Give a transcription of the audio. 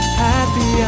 happy